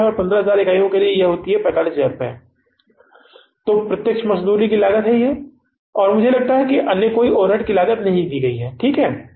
3 रुपये प्रति यूनिट और 15000 इकाइयों के लिए 45000 है 15000 यूनिट्स 45000 है जो कि प्रत्यक्ष मजदूरी लागत है और मुझे लगता है कि यहां कोई अन्य ओवरहेड लागत नहीं दी गई है ठीक है